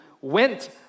went